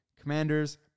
Commanders